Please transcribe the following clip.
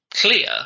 clear